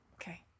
Okay